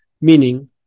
meaning